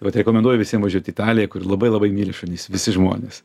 vat rekomenduoju visiem važiuotį italiją kuri labai labai myli šunis visi žmonės